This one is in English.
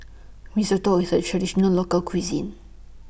Risotto IS A Traditional Local Cuisine